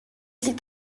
sie